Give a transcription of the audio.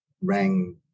rang